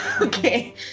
Okay